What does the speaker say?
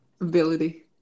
ability